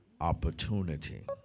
opportunity